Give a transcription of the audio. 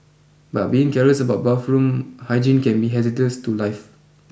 but being careless about bathroom hygiene can be hazardous to life